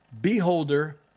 beholder